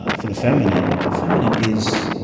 ah for the feminine, the feminine is.